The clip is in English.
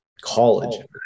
college